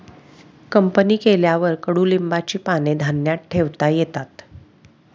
company केल्यावर कडुलिंबाची पाने धान्यात ठेवता येतात